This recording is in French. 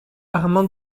armand